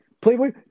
Playboy